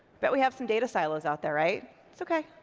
bet we have some data silos out there, right? it's okay,